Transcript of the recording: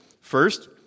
First